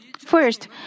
First